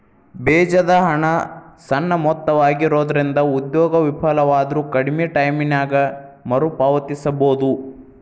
ಬೇಜದ ಹಣ ಸಣ್ಣ ಮೊತ್ತವಾಗಿರೊಂದ್ರಿಂದ ಉದ್ಯೋಗ ವಿಫಲವಾದ್ರು ಕಡ್ಮಿ ಟೈಮಿನ್ಯಾಗ ಮರುಪಾವತಿಸಬೋದು